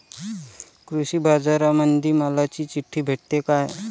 कृषीबाजारामंदी मालाची चिट्ठी भेटते काय?